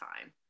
time